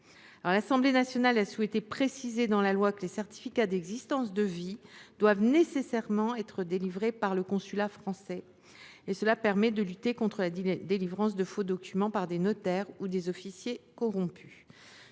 L’Assemblée nationale a souhaité préciser dans la loi que les certificats de vie doivent nécessairement être délivrés par le consulat français. Cette précision doit permettre de lutter contre la délivrance de faux documents par des notaires ou des officiers corrompus.